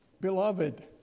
beloved